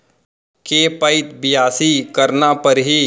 के पइत बियासी करना परहि?